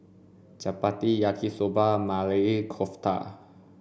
Chapati Yaki Soba and Maili Kofta